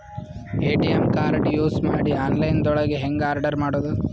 ATM card use ಮಾಡಿ online ದೊಳಗೆ ಹೆಂಗ್ ಆರ್ಡರ್ ಮಾಡುದು?